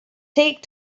take